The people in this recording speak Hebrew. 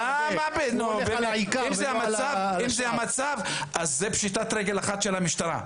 נו באמת, אם זה המצב, זה פשיטת רגל אחת של המשטרה.